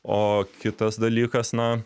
o kitas dalykas na